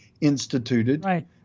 instituted